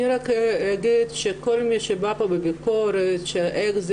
אני רק רוצה להגיד שכל מי שבא פה בביקורת שאיך זה